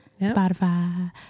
Spotify